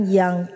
yang